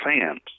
fans